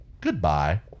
Goodbye